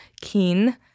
keen